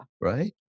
right